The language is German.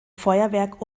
feuerwerk